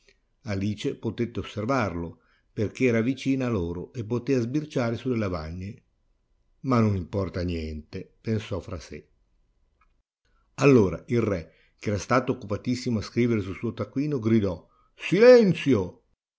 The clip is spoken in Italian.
alice potette osservarlo poichè era vicina a loro e potea sbirciare sulle lavagne ma non importa niente pensò fra sè allora il re che era stato occupatissimo a scrivere sul suo taccuino gridò silenzio